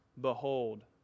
Behold